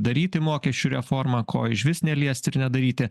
daryti mokesčių reformą ko išvis neliesti ir nedaryti